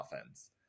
offense